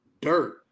dirt